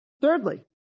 Thirdly